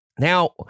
Now